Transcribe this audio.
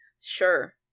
Sure